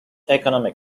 economic